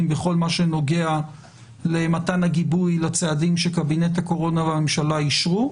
בכל מה שנוגע למתן הגיבוי לצעדים שקבינט הקורונה והממשלה אישרו,